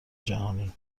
جهانی